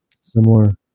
similar